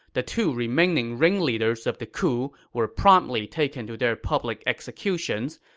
the two remaining ringleaders of the coup were promptly taken to their public executions,